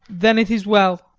then it is well.